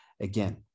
again